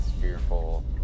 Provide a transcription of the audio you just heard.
fearful